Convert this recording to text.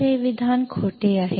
तर हे विधान खोटे आहे